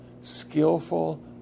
Skillful